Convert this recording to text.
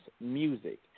music